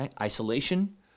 Isolation